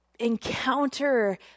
encounter